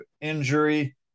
injury